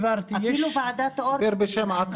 אפילו ועדת אור --- הוא מדבר בשם עצמו,